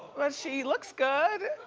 well, she looks good.